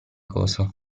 cosa